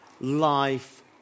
life